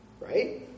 right